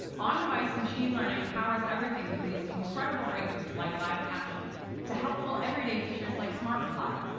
on-device machine learning powers everything from these incredible breakthroughs like live caption to helpful everyday features like smart reply.